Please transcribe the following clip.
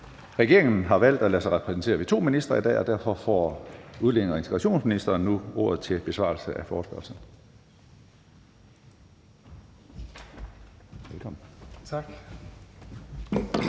Regeringen har valgt at lade sig repræsentere ved to ministre i dag, og derfor får udlændinge- og integrationsministeren nu ordet til besvarelse af forespørgslen.